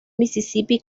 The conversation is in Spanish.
mississippi